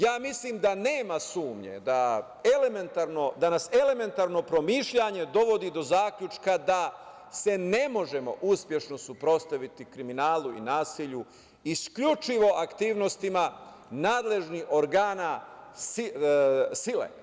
Ja, mislim da nema sumnje da nas elementarno promišljanje dovodi do zaključka da se ne može uspešno suprotstaviti kriminalu i nasilju, isključivo aktivnosti nadležnih organa sile.